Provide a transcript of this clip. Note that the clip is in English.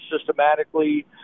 systematically